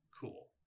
cool